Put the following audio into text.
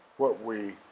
what we,